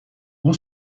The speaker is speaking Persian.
اون